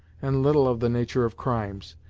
and little of the nature of crimes,